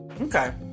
Okay